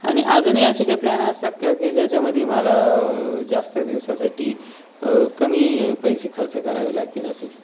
आणि अजूनही असे काही प्लॅन असतात का की ज्याच्यामध्ये मला जास्त दिवसासाठी कमी पैसे खर्च करावे लागतील असे